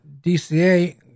DCA